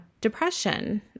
depression